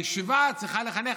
הישיבה צריכה לחנך,